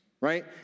right